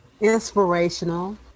inspirational